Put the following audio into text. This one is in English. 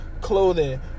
clothing